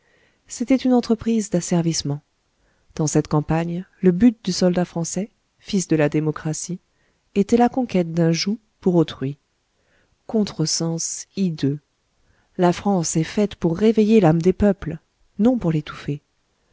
c'était une entreprise d'asservissement dans cette campagne le but du soldat français fils de la démocratie était la conquête d'un joug pour autrui contresens hideux la france est faite pour réveiller l'âme des peuples non pour l'étouffer